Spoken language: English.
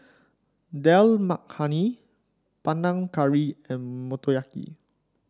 Dal Makhani Panang Curry and Motoyaki